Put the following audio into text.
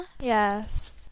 Yes